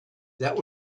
that